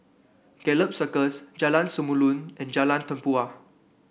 Gallop Circus Jalan Samulun and Jalan Tempua